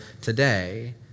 today